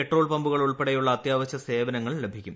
petrol പമ്പുകൾ ഉൾപ്പെടെയുള്ള അത്യാവശ്യ സേവനങ്ങൾ ലഭിക്കും